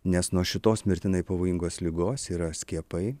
nes nuo šitos mirtinai pavojingos ligos yra skiepai